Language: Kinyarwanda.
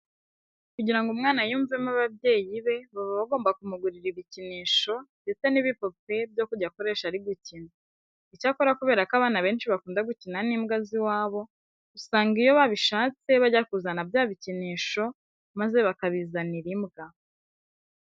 Kugira ngo umwana yiyumvemo ababyeyi be baba bagomba kumugurira ibikinisho ndetse n'ibipupe byo kujya akoresha ari gukina. Icyakora kubera ko abana benshi bakunda gukina n'imbwa z'iwabo, usanga iyo babishatse bajya kuzana bya bikinisho maze bakabizanira imbwa.